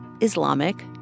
Islamic